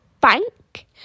bank